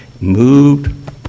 moved